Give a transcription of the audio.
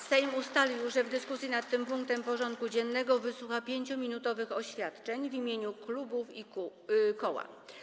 Sejm ustalił, że w dyskusji nad tym punktem porządku dziennego wysłucha 5-minutowych oświadczeń w imieniu klubów i koła.